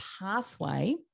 pathway